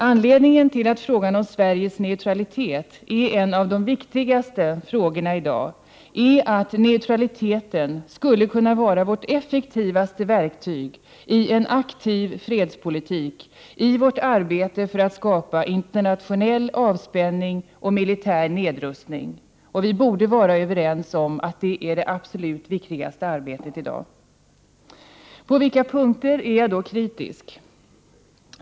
Anledningen till att frågan om Sveriges neutralitet är en av de viktigaste frågorna i dag är att neutraliteten skulle kunna vara vårt effektivaste verktyg i en aktiv fredspolitik, i vårt arbete för att skapa internationell avspänning och militär nedrustning. Och vi borde vara överens om att detta är det absolut viktigaste arbetet i dag. På vilka punkter är jag då kritisk?